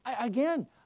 again